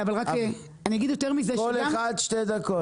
זה נמצא בתוך צו הפיקוח,